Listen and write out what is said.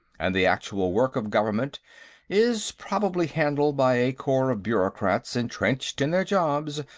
and the actual work of government is probably handled by a corps of bureaucrats entrenched in their jobs,